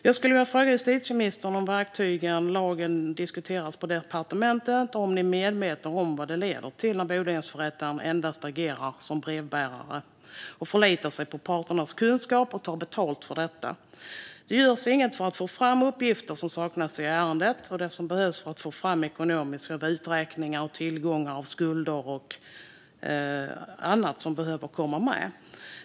Jag skulle vilja fråga justitieministern om verktygen och lagen diskuteras på departementet och om ni är medvetna om vad det leder till när bodelningsförrättaren endast agerar som brevbärare och förlitar sig på parternas kunskap och tar betalt för detta. Det görs inget för att få fram uppgifter som saknas i ärendet och det som behövs för att få fram ekonomiska uträkningar av tillgångar och skulder och annat som behöver komma med.